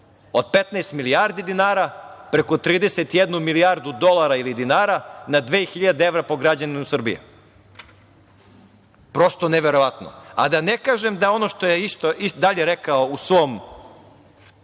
Od 15 milijardi dinara preko 31 milijardu dolara ili dinara na dve hiljade evra po građaninu Srbije. Prosto neverovatno. Da ne kažem da ono što je dalje rekao u svom